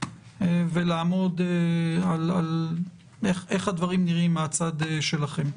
ולעמוד על איך הדברים נראים מהצד שלכם.